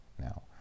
now